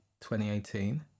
2018